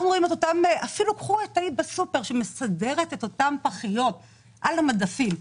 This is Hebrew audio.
אפילו קחו כדוגמה את האישה שבסופרמרקט מסדרת את הפחיות על המדפים,